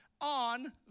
on